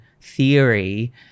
theory